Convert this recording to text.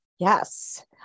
Yes